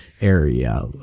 area